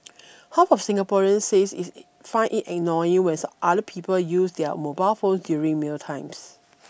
half of Singaporeans says it find it annoying when other people use their mobile phones during mealtimes